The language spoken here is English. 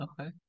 Okay